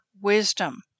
wisdom